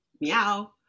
meow